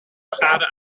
schade